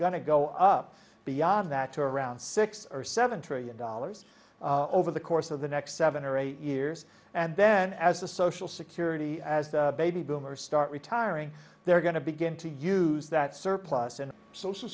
going to go up beyond that to around six or seven trillion dollars over the course of the next seven or eight years and then as the social security as the baby boomers start retiring they're going to begin to use that surplus and social